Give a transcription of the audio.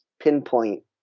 pinpoint